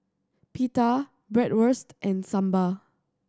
Pita Bratwurst and Sambar